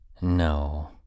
No